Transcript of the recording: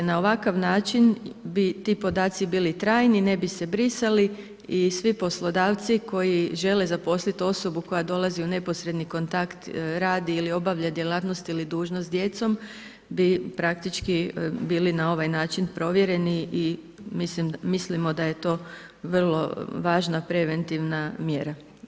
Na ovakav način bi ti podaci bili trajni, ne bi se brisali i svi poslodavci koji žele zaposlit osobu koja dolazi u neposredni kontakt, radi ili obavlja djelatnost ili dužnost s djecom bi praktički bili na ovaj način provjereni i mislimo da je to vrlo važna preventivna mjera.